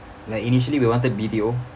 like initially we wanted B_T_O